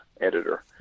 editor